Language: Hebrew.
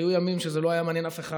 היו ימים שזה לא היה מעניין אף אחד,